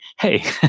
hey